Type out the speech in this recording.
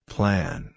Plan